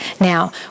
Now